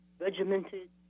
regimented